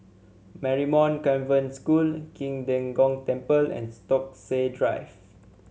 Marymount Convent School Qing De Gong Temple and Stokesay Drive